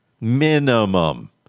Minimum